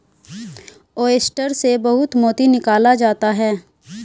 oyster से बहुत मोती निकाला जाता है